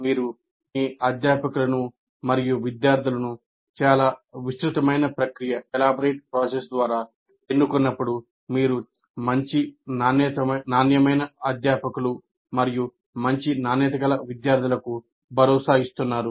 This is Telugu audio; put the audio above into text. మీరు మీ అధ్యాపకులను మరియు విద్యార్థులను చాలా విస్తృతమైన ప్రక్రియ ద్వారా ఎన్నుకున్నప్పుడు మీరు మంచి నాణ్యమైన అధ్యాపకులు మరియు మంచి నాణ్యత గల విద్యార్థులకు భరోసా ఇస్తున్నారు